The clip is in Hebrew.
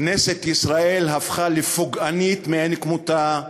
כנסת ישראל הפכה לפוגענית מאין-כמותה,